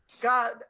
God